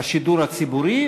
השידור הציבורי,